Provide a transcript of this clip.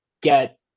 get